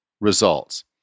results